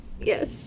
Yes